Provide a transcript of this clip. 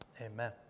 Amen